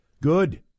Good